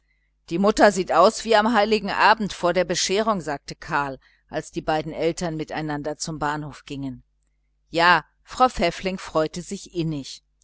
die mutter sieht so aus wie am heiligen abend vor der bescherung sagte karl als die beiden eltern miteinander zum bahnhof gingen ja frau pfäffling freute sich innig